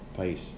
peace